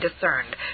discerned